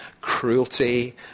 cruelty